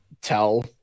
tell